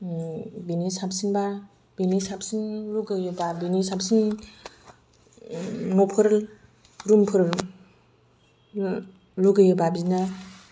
बिनि साबसिनब्ला बिनि साबसिन लुबैयोब्ला न'फोर रुमफोर लुबैयोब्ला बिनो